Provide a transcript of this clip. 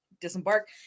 disembark